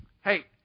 hey